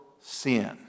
sin